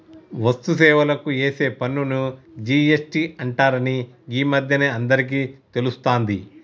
వస్తు సేవలకు ఏసే పన్నుని జి.ఎస్.టి అంటరని గీ మధ్యనే అందరికీ తెలుస్తాంది